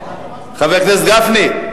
חבר הכנסת גפני,